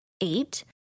eight